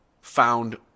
found